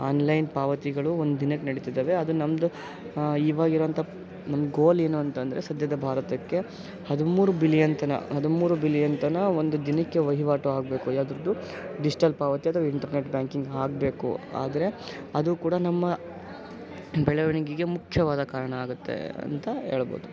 online ಪಾವತಿಗಳು ಒಂದು ದಿನಕ್ಕೆ ನಡೀತಿದ್ದಾವೆ ಅದು ನಮ್ಮದು ಇವಾಗ ಇರೋಂಥ ನಮ್ಮ ಗೋಲ್ ಏನು ಅಂತಂದರೆ ಸದ್ಯದ ಭಾರತಕ್ಕೆ ಹದಿಮೂರು ಬಿಲಿಯನ್ ತನಕ ಹದಿಮೂರು ಬಿಲಿಯನ್ ತನಕ ಒಂದು ದಿನಕ್ಕೆ ವಹಿವಾಟು ಆಗಬೇಕು ಯಾವುದ್ರದ್ದು ಡಿಜ್ಟಲ್ ಪಾವತಿ ಅಥವಾ ಇಂಟರ್ನೆಟ್ ಬ್ಯಾಂಕಿಂಗ್ ಆಗಬೇಕು ಆದರೆ ಅದೂ ಕೂಡ ನಮ್ಮ ಬೆಳವಣಿಗೆಗೆ ಮುಖ್ಯವಾದ ಕಾರಣ ಆಗುತ್ತೆ ಅಂತ ಹೇಳ್ಬೋದು